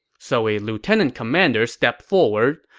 so a lieutenant commander stepped forward,